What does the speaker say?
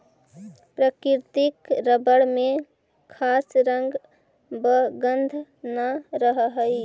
प्राकृतिक रबर में खास रंग व गन्ध न रहऽ हइ